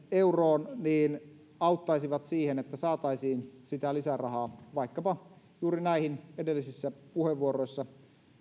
euroon auttaisi siinä että saataisiin sitä lisärahaa vaikkapa juuri näihin edellisissä puheenvuoroissa